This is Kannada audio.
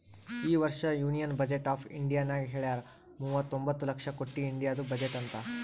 ಈ ವರ್ಷ ಯೂನಿಯನ್ ಬಜೆಟ್ ಆಫ್ ಇಂಡಿಯಾನಾಗ್ ಹೆಳ್ಯಾರ್ ಮೂವತೊಂಬತ್ತ ಲಕ್ಷ ಕೊಟ್ಟಿ ಇಂಡಿಯಾದು ಬಜೆಟ್ ಅಂತ್